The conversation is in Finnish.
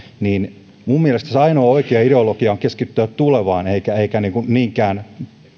niin minun mielestäni ainoa oikea ideologia on keskittyä tulevaan eikä niinkään